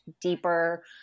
deeper